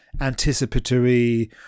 anticipatory